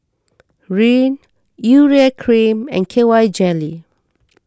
Rene Urea Cream and K Y Jelly